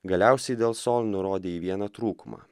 galiausiai del sol nurodė į vieną trūkumą